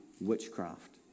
witchcraft